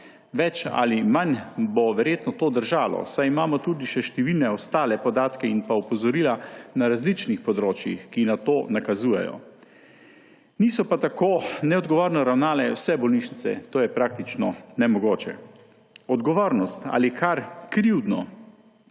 Več ali manj bo verjetno to držalo, saj imamo tudi še številne ostale podatke in pa opozorila na različnih področjih, ki na to nakazujejo. Niso pa tako neodgovorno ravnale vse bolnišnice. To je praktično nemogoče. Odgovornost ali kar krivdo